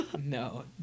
No